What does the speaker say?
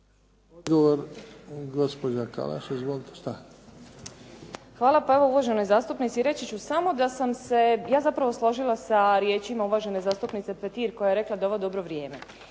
Hvala. Pa evo uvaženoj zastupnici reći ću samo da sam se ja zapravo složila sa riječima uvažene zastupnice Petir koja je rekla da je ovo dobro vrijeme.